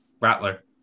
Rattler